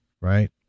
right